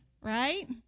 right